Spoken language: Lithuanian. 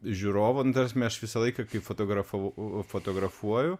žiūrovų nu ta prasme aš visą laiką kai fotografav fotografuoju